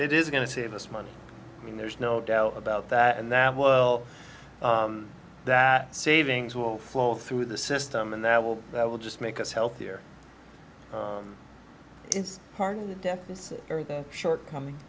it is going to save us money i mean there's no doubt about that and that well that savings will flow through the system and that will that will just make us healthier it's part of the deficit are the shortcomings